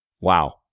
Wow